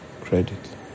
credit